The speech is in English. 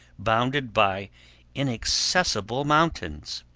bounded by inaccessible mountains.